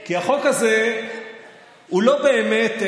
כי החוק הזה הוא לא באמת,